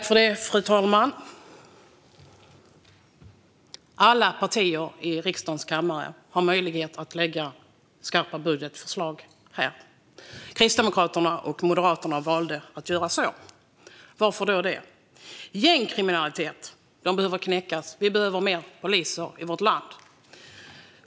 Fru talman! Alla partier i riksdagens kammare har möjlighet att lägga fram skarpa budgetförslag. Kristdemokraterna och Moderaterna valde att göra så. Varför? Gängkriminaliteten behöver knäckas. Vi behöver fler poliser i vårt land.